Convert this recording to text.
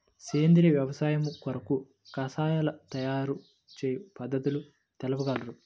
సేంద్రియ వ్యవసాయము కొరకు కషాయాల తయారు చేయు పద్ధతులు తెలుపగలరు?